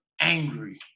angry